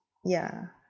yeah mm